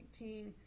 2019